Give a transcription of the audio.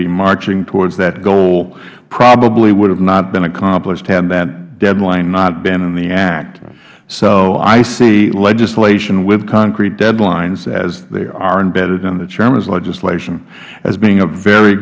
be marching towards that goal probably would have not been accomplished had that deadline not been in the act so i see legislation with concrete deadlines as they are embedded in the chairman's legislation as being a very